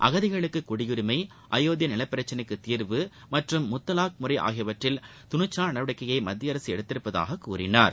அகதிகளுக்கு குடியுரிமை அயோத்திய நிலப்பிரச்சனைக்கு தீர்வு மற்றும் முத்தலாக் முறை ஆகியவற்றில் துணிச்சவான நடவடிக்கையை மத்திய அரசு எடுத்துள்ளதாக கூறினார்